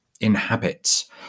inhabits